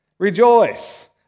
Rejoice